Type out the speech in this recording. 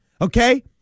okay